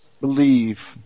believe